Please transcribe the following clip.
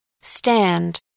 stand